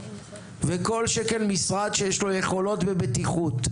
וכל שכן משרד שיש לו יכולות ובטיחות.